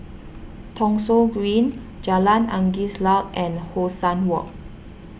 Thong Soon Green Jalan Angin Laut and Hong San Walk